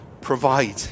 provide